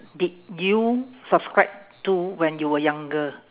did you subscribe to when you were younger